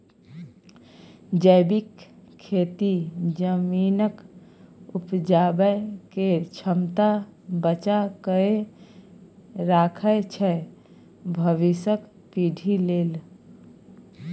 जैबिक खेती जमीनक उपजाबै केर क्षमता बचा कए राखय छै भबिसक पीढ़ी लेल